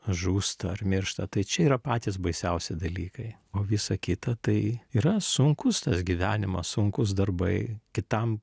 žūsta ar miršta tai čia yra patys baisiausi dalykai o visa kita tai yra sunkus tas gyvenimas sunkūs darbai kitam